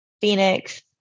Phoenix